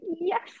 yes